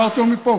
אמרתי לו מפה,